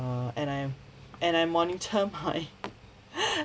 err and I and I monitor my